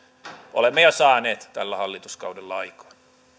olemme jo saaneet tällä hallituskaudella aikaan